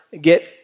get